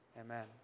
amen